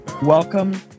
Welcome